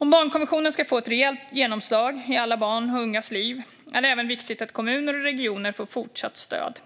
Om barnkonventionen ska få ett reellt genomslag i alla barns och ungas liv är det även viktigt att kommuner och regioner får fortsatt stöd.